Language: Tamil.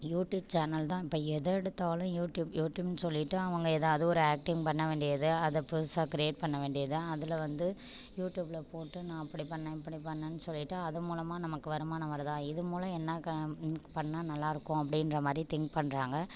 யூடியூப் சேனல் தான் இப்போ எதை எடுத்தாலும் யூடியூப் யூடியூப்னு சொல்லிவிட்டு அவங்க எதாவது ஒரு ஆக்டிங் பண்ண வேண்டியது அதை புதுசாக க்ரியேட் பண்ண வேண்டியது அதில் வந்து யூடியூப்பில போட்டு நான் அப்படி பண்ணேன் இப்படி பண்ணேன்னு சொல்லிவிட்டு அது மூலமாக நமக்கு வருமானம் வருதா இது மூலம் என்ன க பண்ணா நல்லாருக்கும் அப்படின்ற மாதிரி திங்க் பண்ணுறாங்க